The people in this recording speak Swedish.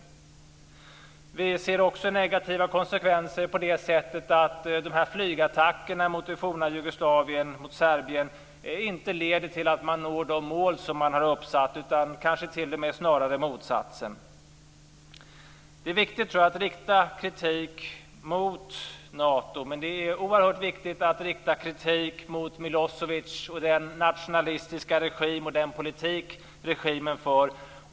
Vi ser också negativa konsekvenser på det sättet att flygattackerna mot det forna Jugoslavien - mot Serbien - inte leder till att man når de mål som man har uppsatt, utan kanske t.o.m. snarare till motsatsen. Det är viktigt, tror jag, att rikta kritik mot Nato, men det är oerhört viktigt att rikta kritik mot Milosevic och den nationalistiska regimen och den politik regimen för.